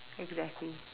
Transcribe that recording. exactly